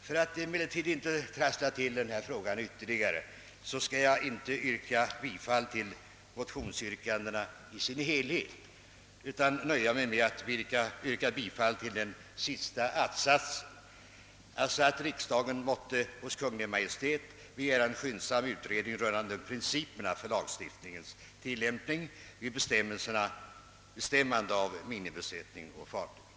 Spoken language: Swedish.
För att emellertid inte trassla till den här frågan ytterligare skall jag inte yrka bifall till motionsyrkandena i deras helhet utan nöja mig med att yrka bifall till den sista att-satsen. Jag yrkar sålunda, herr talman, »att riksdagen måtte hos Kungl. Maj:t begära en skyndsam utredning rörande principerna för lagstiftningens tillämpning vid bestämmande av minimibesättning å fartyg».